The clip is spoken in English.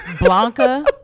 Blanca